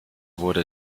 wurde